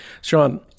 Sean